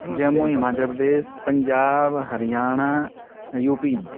जम्मु हिमाचल्प्रदेशः Punjab Haryana U P